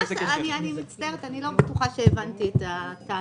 אני מצטערת, אני לא בטוחה שהבנתי את הטענה.